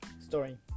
Story